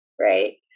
right